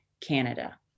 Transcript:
Canada